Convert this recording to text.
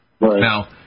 Now